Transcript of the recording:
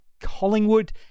collingwood